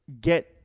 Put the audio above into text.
get